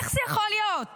איך זה יכול להיות?